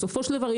בסופו של דבר,